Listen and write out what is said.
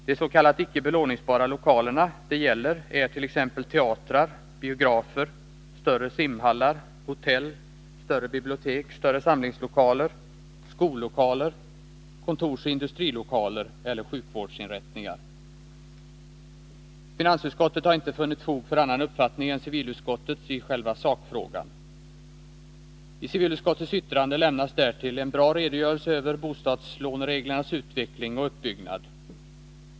De s.k. icke belåningsbara lokaler det gäller är t.ex. teatrar, biografer, större simhallar, hotell, större bibliotek, större samlingslokaler, skollokaler, kontorsoch industrilokaler eller sjukvårdsinrättningar. Finansutskottet har inte funnit fog för annan uppfattning än civilutskottet i själva sakfrågan. I civilutskottets yttrande lämnas därtill en bra redogörelse över bostadslånereglernas utveckling och uppbyggnad.